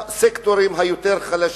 מהסקטורים היותר-חלשים,